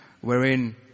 wherein